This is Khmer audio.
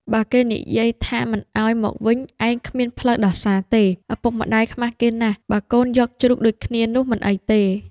បើគេនិយាយថាមិនឱ្យមកវិញ ឯងគ្មានផ្លូវដោះសារទេ ឪពុកម្ដាយខ្មាសគេណាស់ បើកូនយកជ្រូកដូចគ្នានោះមិនអីទេ ។